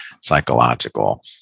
psychological